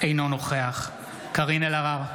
אינו נוכח קארין אלהרר,